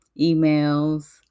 emails